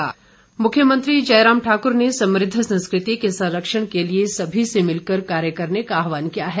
विमोचन मुख्यमंत्री जयराम ठाकुर ने समृद्ध संस्कृति के संरक्षण के लिए सभी से मिलकर कार्य करने का आह्वान किया है